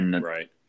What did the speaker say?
Right